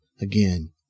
again